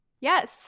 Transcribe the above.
yes